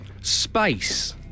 Space